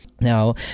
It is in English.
Now